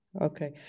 Okay